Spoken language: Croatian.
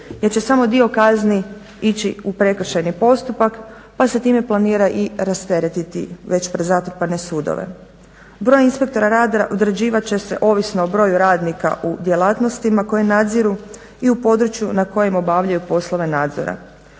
jer će samo dio kazni ići u prekršajni postupak pa se time planira i rasteretiti već prezatrpane sudove. Broj inspektora rada određivat će se ovisno o broju radnika u djelatnosti koje nadziru i u području ne kojem obavljaju poslove nadzora,